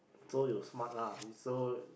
so you smart lah so